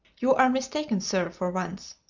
you are mistaken, sir, for once,